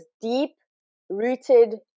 deep-rooted